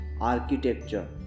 architecture